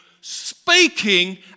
speaking